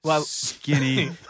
Skinny